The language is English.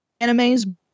animes